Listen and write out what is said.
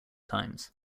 times